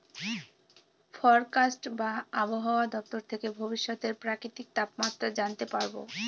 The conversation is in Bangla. ফরকাস্ট বা আবহাওয়া দপ্তর থেকে ভবিষ্যতের প্রাকৃতিক তাপমাত্রা জানতে পারবো